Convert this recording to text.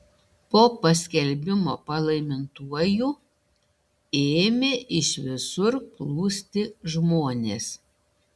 po paskelbimo palaimintuoju ėmė iš visur plūsti žmonės